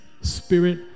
spirit